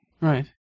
Right